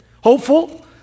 hopeful